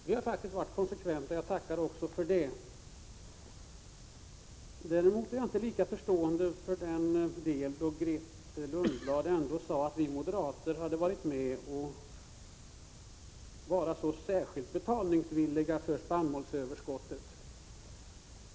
Vi har varit konsekventa, och jag tackar också för att Grethe Lundblad har uppmärksammat det. Däremot är jag inte lika förstående till det Grethe Lundblad sade om att vi moderater varit särskilt villiga att betala för spannmålsöverskottet.